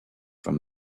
from